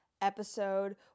episode